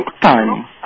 time